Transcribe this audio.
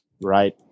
right